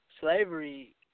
Slavery